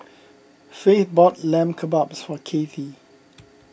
Faith bought Lamb Kebabs for Cathie